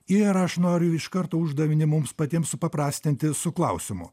ir aš noriu iš karto uždavinį mums patiems supaprastinti su klausimu